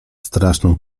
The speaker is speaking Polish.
straszną